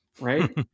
right